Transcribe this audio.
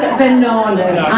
bananas